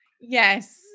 Yes